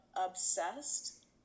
obsessed